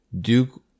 Duke